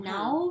Now